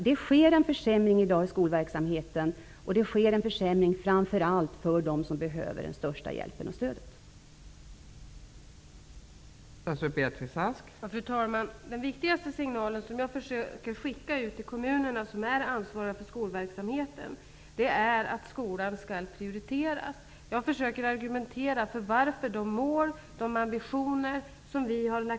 Det sker en försämring i dag i skolverksamheten, framför allt för dem som behöver den största hjälpen och det största stödet.